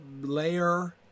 layer